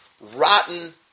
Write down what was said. rotten